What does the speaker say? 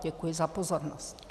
Děkuji za pozornost.